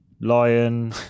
lion